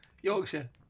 Yorkshire